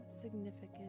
significant